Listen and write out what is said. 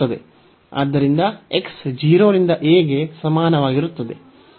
ಆದ್ದರಿಂದ x 0 ರಿಂದ a ಗೆ ಸಮಾನವಾಗಿರುತ್ತದೆ